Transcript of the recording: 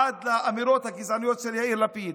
עד לאמירות הגזעניות של יאיר לפיד.